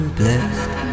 blessed